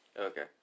Okay